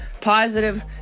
positive